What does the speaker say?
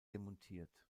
demontiert